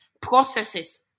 processes